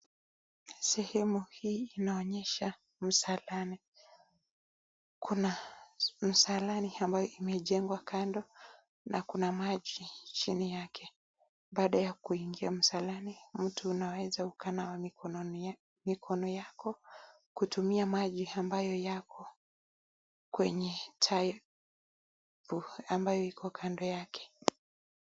Sehemu hii inaonyesha msalani kuna msalani ambayo imejengwa kando na kuna maji chini yake. Baada ya kuingia msalani mtu unaweza ukanawa mikono yako kutumia maji ambayo yako kwenye [] ambayo yapo kando yake.